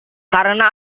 karena